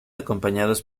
acompañados